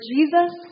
Jesus